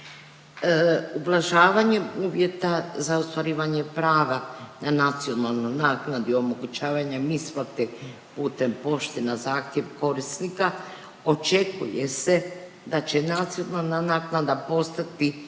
Ublažavanjem uvjeta za ostvarivanje prava na nacionalnu naknadi omogućavanjem isplate putem pošte na zahtjev korisnika očekuje se da će nacionalna naknada postati